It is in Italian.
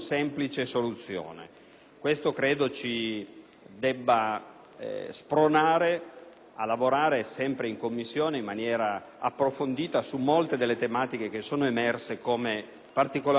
Credo che ciò debba spronarci a lavorare in Commissione in maniera approfondita su molte delle tematiche che sono emerse come particolarmente sentite